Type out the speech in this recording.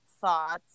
thoughts